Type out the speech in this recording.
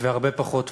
והרבה פחות פוליטית.